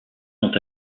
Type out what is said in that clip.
sont